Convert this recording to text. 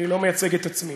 אני לא מייצג את עצמי: